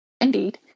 indeed